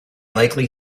likely